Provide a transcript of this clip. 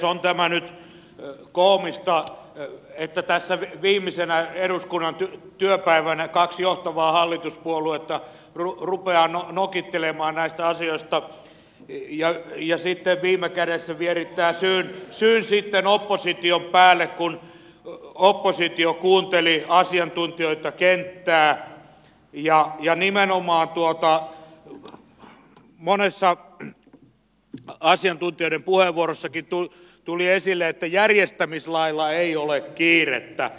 on tämä nyt koomista että viimeisenä eduskunnan työpäivänä kaksi johtavaa hallituspuoluetta rupeaa nokittelemaan näistä asioista ja viime kädessä vierittää syyn opposition päälle kun oppositio kuunteli asiantuntijoita kenttää ja nimenomaan monissa asiantuntijoiden puheenvuoroissakin tuli esille että järjestämislailla ei ole kiirettä